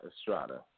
Estrada